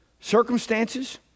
Circumstances